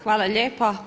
Hvala lijepa.